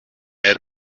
air